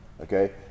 okay